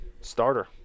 starter